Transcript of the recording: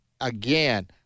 again